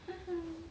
ha ha